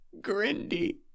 Grindy